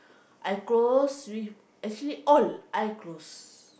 I close with actually all I close